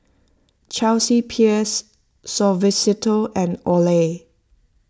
Chelsea Peers Suavecito and Olay